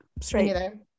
straight